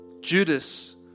Judas